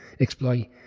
exploit